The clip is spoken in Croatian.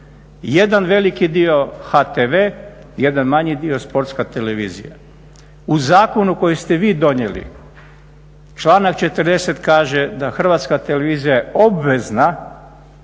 Jedan veliki dio HTV, jedan manji dio Sportska televizija. U zakonu koji ste vi donijeli članak 40. kaže da HRT je obvezna